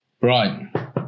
Right